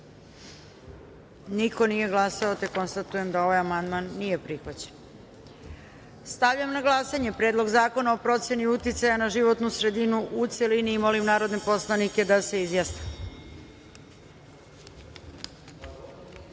niko nije glasao. Konstatujem da ovaj amandman nije prihvaćen. Stavljam na glasanje Predlog zakona o proceni uticaja na životnu sredinu, celini. Molim narodne poslanike da se